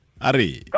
Ari